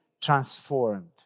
transformed